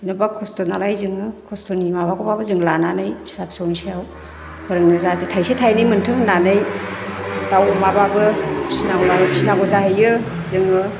जेन'बा खस्थ' नालाय जोङो खस्थ'नि माबाखौबाबो जों लानानै फिसा फिसौनि सायाव फोरोंनो जाहाथे थाइसे थाइनै मोन्थों होन्नानै दाव अमाबाबो फिसिनांगौ फिनांगौ जाहैयो जोङो